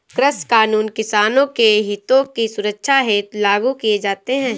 कृषि कानून किसानों के हितों की सुरक्षा हेतु लागू किए जाते हैं